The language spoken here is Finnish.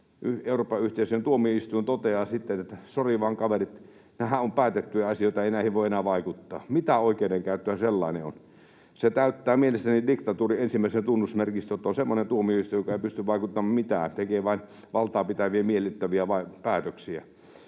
Euroopan yhteisöjen tuomioistuin toteaa sitten, että sori vaan kaverit, nämähän ovat päätettyjä asioita, ei näihin voi enää vaikuttaa. Mitä oikeudenkäyttöä sellainen on? Se täyttää mielestäni diktatuurin ensimmäisen tunnusmerkistön, että on semmoinen tuomioistuin, joka ei pysty vaikuttamaan mitään, tekee vain valtaapitäviä miellyttäviä päätöksiä.